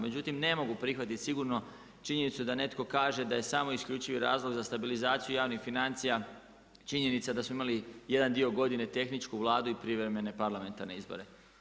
Međutim, ne mogu prihvatiti sigurno činjenicu da netko kaže da je samo i isključivi razlog za stabilizaciju javnih financija, činjenica da smo imali jedan dio godine tehničku Vladu i privremene parlamentarne izbore.